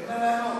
תן לה לענות.